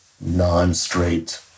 non-straight